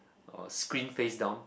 or screen faced down